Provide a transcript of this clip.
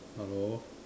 hello